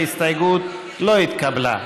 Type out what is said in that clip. ההסתייגות לא התקבלה.